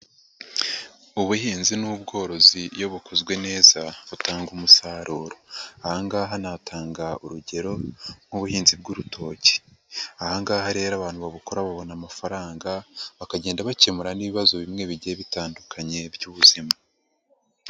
Ubuhinzi n'ubworozi iyo bukozwe neza butanga umusaruro, aha ngaha natanga urugero nk'ubuhinzi bw'urutoki, aha ngaha rero abantu babukora babona amafaranga, bakagenda bakemura n'ibibazo bimwe bigiye bitandukanye by'ubuzima.